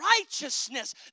righteousness